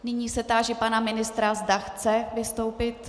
Nyní se táži pana ministra, zda chce vystoupit.